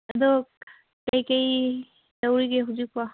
ꯑꯗꯣ ꯀꯔꯤ ꯀꯔꯤ ꯇꯧꯔꯤꯒꯦ ꯍꯧꯖꯤꯛꯄꯣ